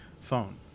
phone